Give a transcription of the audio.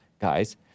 guys